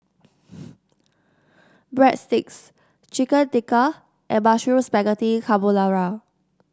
Breadsticks Chicken Tikka and Mushroom Spaghetti Carbonara